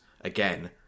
again